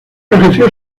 ejerció